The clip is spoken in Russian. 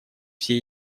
все